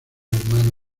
hermano